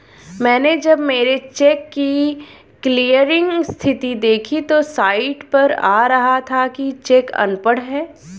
मैनें जब मेरे चेक की क्लियरिंग स्थिति देखी तो साइट पर आ रहा था कि चेक अनपढ़ है